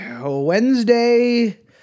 Wednesday